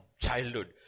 childhood